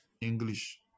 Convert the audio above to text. English